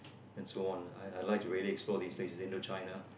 and so on I'll I'll like to really explore these place into China